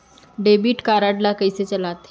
Debit card ला कइसे चलाते?